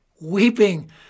weeping